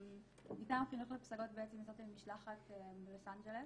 מטעם חינוך לפסגות יצאתי למשלחת בלוס אנג'לס,